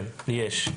כן, יש.